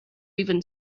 even